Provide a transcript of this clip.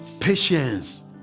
Patience